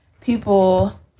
people